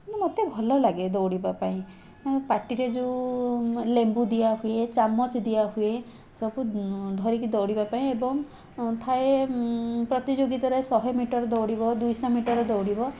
କିନ୍ତୁ ମୋତେ ଭଲ ଲାଗେ ଦୌଡ଼ିବା ପାଇଁ ପାଟିରେ ଯେଉଁ ଲେମ୍ବୁ ଦିଆହୁଏ ଚାମଚ ଦିଆହୁଏ ସବୁ ଧରିକି ଦୌଡ଼ିବା ପାଇଁ ଏବଂ ଥାଏ ପ୍ରତିଯୋଗିତାରେ ଶହେ ମିଟର ଦୌଡ଼ିବ ଦୁଇଶହ ମିଟର ଦୌଡ଼ିବ